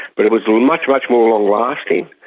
but it was much, much more long-lasting.